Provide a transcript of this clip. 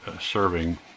serving